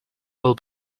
will